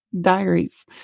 Diaries